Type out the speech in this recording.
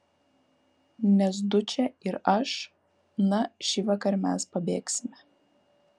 nes dučė ir aš na šįvakar mes pabėgsime